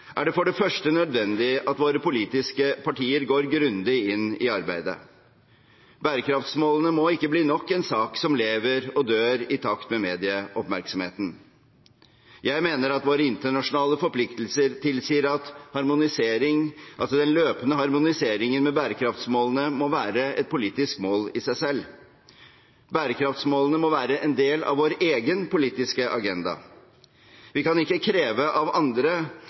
er det for det første nødvendig at våre politiske partier går grundig inn i arbeidet. Bærekraftsmålene må ikke bli nok en sak som lever og dør i takt med medieoppmerksomheten. Jeg mener at våre internasjonale forpliktelser tilsier at den løpende harmoniseringen med bærekraftsmålene må være et politisk mål i seg selv. Bærekraftsmålene må være en del av vår egen politiske agenda. Vi kan ikke kreve av andre